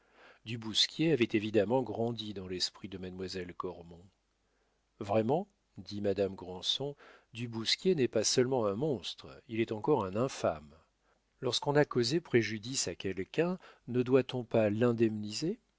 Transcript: du bousquier avait évidemment grandi dans l'esprit de mademoiselle cormon vraiment dit madame granson du bousquier n'est pas seulement un monstre il est encore un infâme lorsqu'on a causé préjudice à quelqu'un ne doit-on pas l'indemniser